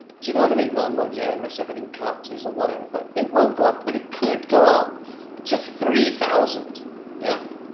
do you know what i mean well, not yet unless everything collapses or whatever, but it won't go up, but it could go up to three thousand yeah.